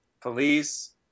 Police